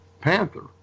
Panther